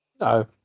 No